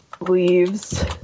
leaves